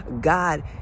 God